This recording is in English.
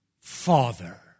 father